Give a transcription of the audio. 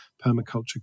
permaculture